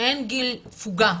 שאין גיל תפוגה